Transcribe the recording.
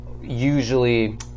usually